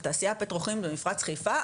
של התעשייה הפטרוכימית במפרץ חיפה,